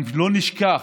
גם לא נשכח,